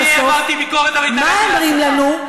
רויטל, אני הבעתי ביקורת, מה אומרים לנו?